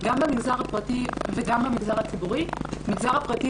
גם במגזר הפרטי וגם במגזר הציבורי במגזר הפרטי